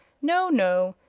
no, no.